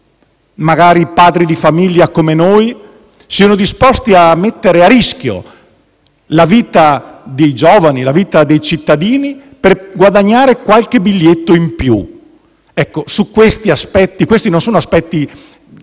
perché padri di famiglia come noi siano disposti a mettere a rischio la vita dei giovani, la vita dei cittadini, per guadagnare qualche biglietto in più. Questi sono aspetti non normativi,